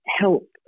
help